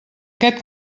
aquest